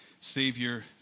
Savior